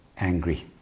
angry